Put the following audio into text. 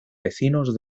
vecinos